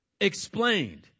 Explained